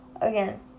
Again